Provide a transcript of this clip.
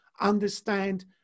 understand